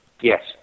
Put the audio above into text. Yes